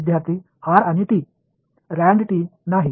மாணவர் R மற்றும் t